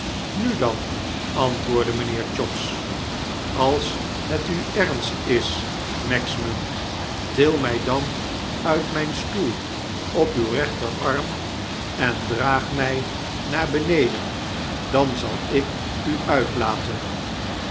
nu dan antwoordde mijnheer chops als het u ernst is magsman til my dan uit mijn stoel op uw rechterarm en draag my naar beneden dan zal ikuuitlaten ik